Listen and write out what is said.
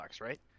right